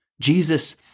Jesus